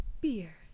beer